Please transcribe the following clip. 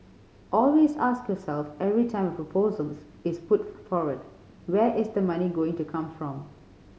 always ask yourself every time a proposals is put forward where is the money going to come from